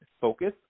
focus